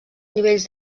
nivells